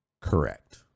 Correct